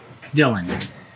Dylan